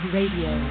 Radio